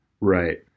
Right